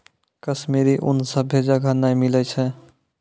कश्मीरी ऊन सभ्भे जगह नै मिलै छै